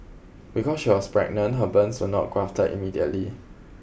because she was pregnant her burns were not grafted immediately